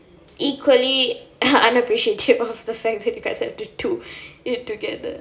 equally unappreciative of the fact that you guys have to do it together